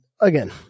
Again